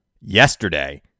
yesterday